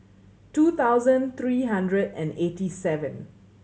two thousand three hundred and eighty seven